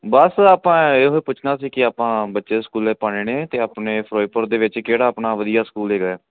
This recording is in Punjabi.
ਬਸ ਆਪਾਂ ਇਹੋ ਪੁੱਛਣਾ ਸੀ ਕਿ ਆਪਾਂ ਬੱਚੇ ਸਕੂਲੇ ਪਾਉਣੇ ਨੇ ਅਤੇ ਆਪਣੇ ਫਿਰੋਜ਼ਪੁਰ ਦੇ ਵਿੱਚ ਕਿਹੜਾ ਆਪਣਾ ਵਧੀਆ ਸਕੂਲ ਹੈਗਾ ਹੈ